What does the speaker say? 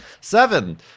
seven